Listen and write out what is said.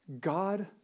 God